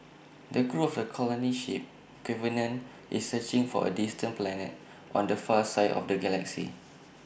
the crew of the colony ship covenant is searching for A distant planet on the far side of the galaxy